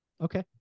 Okay